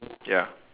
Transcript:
ya